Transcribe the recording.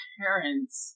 parents